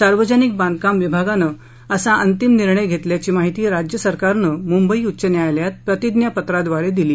सार्वजनिक बांधकाम विभागानं असा अंतिम निर्णय घेतल्याची माहिती राज्य सरकारने मुंबई उच्च न्यायालयात प्रतिज्ञात्राद्वारे दिली